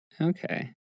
Okay